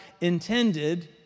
intended